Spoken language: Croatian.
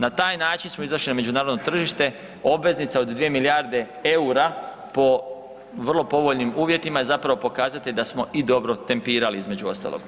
Na taj način smo izašli na međunarodno tržište, obveznica od 2 milijarde EUR-a po vrlo povoljnim uvjetima je zapravo pokazatelj da smo i dobro tempirali između ostalog.